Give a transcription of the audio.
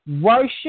worship